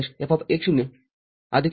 F११ x'